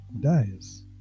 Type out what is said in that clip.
dies